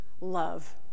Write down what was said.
love